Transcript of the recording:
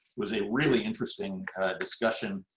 was a really interesting discussion.